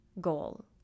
goal